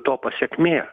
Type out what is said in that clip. to pasekmė